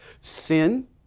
Sin